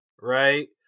right